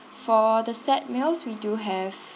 for the set meals we do have